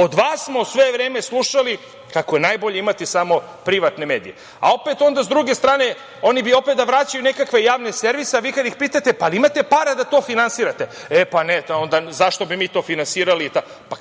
Od vas smo sve vreme slušali kako je najbolje imati samo privatne medije. Opet, onda s druge strane, oni bi opet da vraćaju nekakve javne servise, vi kada ih pitate da li imate pare da to finansirate, e, pa ne, zašto bi mi to finansirali.